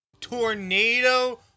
tornado